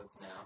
now